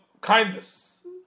kindness